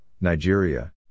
Nigeria